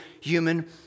human